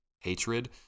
hatred